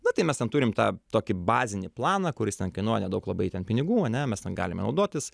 na tai mes ten turim tą tokį bazinį planą kuris ten kainuoja nedaug labai ten pinigų ane mes ten galime naudotis